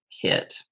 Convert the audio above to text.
hit